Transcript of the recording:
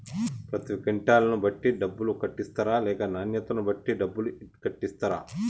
పత్తి క్వింటాల్ ను బట్టి డబ్బులు కట్టిస్తరా లేక నాణ్యతను బట్టి డబ్బులు కట్టిస్తారా?